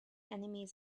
enemies